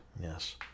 Yes